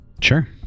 Sure